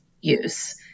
use